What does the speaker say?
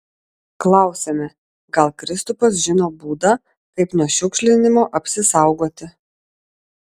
klausiame gal kristupas žino būdą kaip nuo šiukšlinimo apsisaugoti